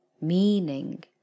meaning